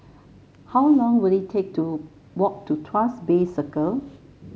how long will it take to walk to Tuas Bay Circle